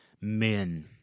men